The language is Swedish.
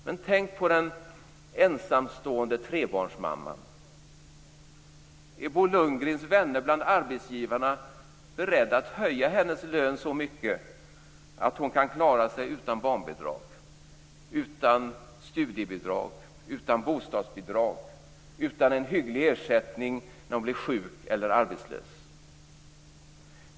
Men tänk på den ensamstående trebarnsmamman. Är Bo Lundgrens vänner bland arbetsgivarna beredda att höja hennes lön så mycket att hon klarar sig utan barnbidrag, utan studiebidrag, utan bostadsbidrag och utan en hygglig ersättning när hon blir sjuk eller arbetslös?